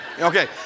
Okay